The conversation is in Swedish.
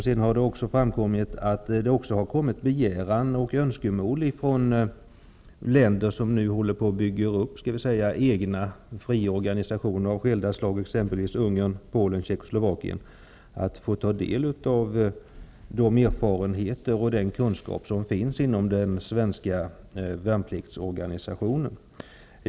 Det har också kommit en begäran och önskemål ifrån länder -- exempelvis Ungern, Polen och Tjeckoslovakien -- som nu håller på att bygga upp egna fria organisationer av skilda slag att få ta del av de erfarenheter och den kun skap som finns inom den svenska värnpliktsorganisationen.